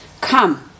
Come